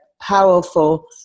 powerful